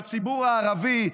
בציבור הערבי,